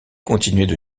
continuaient